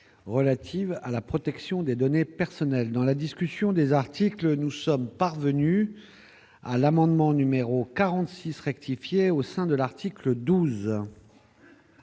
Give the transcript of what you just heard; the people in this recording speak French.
relative à la protection des données personnelles dans la discussion des articles, nous sommes parvenus à l'amendement numéro 46 rectifier au sein de l'article 12.